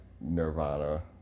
Nirvana